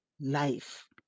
life